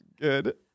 good